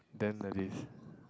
then the list